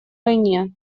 войне